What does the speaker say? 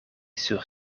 sur